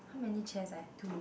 how many chairs ah two